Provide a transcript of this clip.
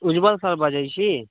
उज्ज्वल सर बजै छी